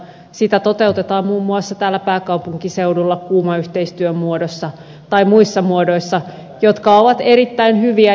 sitä toteutetaan muun muassa täällä pääkaupunkiseudulla kuuma yhteistyön muodossa tai muissa muodoissa jotka ovat erittäin hyviä